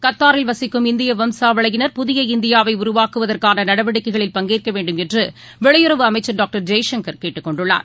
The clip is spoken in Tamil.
கத்தாரில் வசிக்கும் இந்தியவம்சாவளியினா் புதிய இந்தியாவைஉருவாக்குவதற்கானநடவடிக்கைகளில் பங்கேற்கவேண்டும் என்றுவெளியுறவு அமைச்சா் டாக்டா் ஜெய்சங்கா் கேட்டுக்கொண்டுள்ளாா்